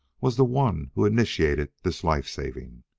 was the one who initiated this life saving.